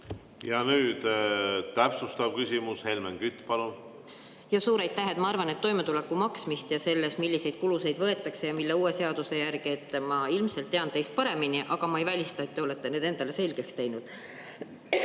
Ja nüüd täpsustav küsimus, Helmen Kütt, palun! Suur aitäh! Ma arvan, et toimetuleku[toetuse] maksmist ja seda, milliseid kulusid võetakse arvesse ja millise uue seaduse järgi, ma ilmselt tean teist paremini, aga ma ei välista, et te olete need asjad endale selgeks teinud.